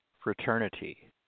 fraternity